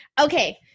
Okay